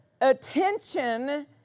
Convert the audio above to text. attention